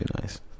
nice